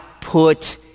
put